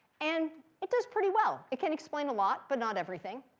and it does pretty well. it can explain a lot, but not everything.